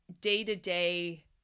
day-to-day